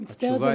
אני מצטערת.